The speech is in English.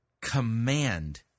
command